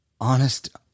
honest